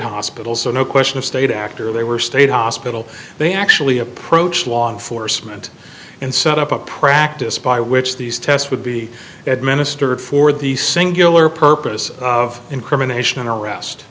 hospital so no question of state actor they were state hospital they actually approached law enforcement and set up a practice by which these tests would be administered for the singular purpose of incrimination and arrest